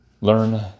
Learn